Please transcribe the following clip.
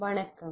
வணக்கம்